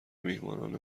میهمانان